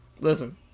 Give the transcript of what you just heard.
listen